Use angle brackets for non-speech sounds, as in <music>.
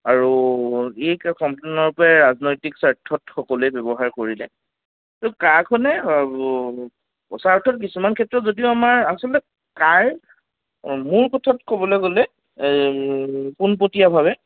আৰু এই <unintelligible> ৰাজনৈতিক স্বাৰ্থত সকলোৱে ব্যৱহাৰ কৰিলে আৰু কাখনে সঁচা অৰ্থত কিছুমান ক্ষেত্ৰত যদিও আমাৰ আচলতে কাৰ মূল পথত ক'বলৈ গ'লে পোনপটীয়াভাৱে